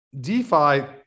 DeFi